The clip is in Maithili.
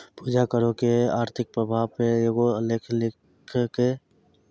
पूजा करो के आर्थिक प्रभाव पे एगो आलेख लिखलकै